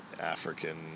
African